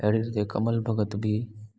अहिड़ी रीते कमल भॻति बि